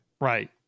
Right